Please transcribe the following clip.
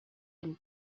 and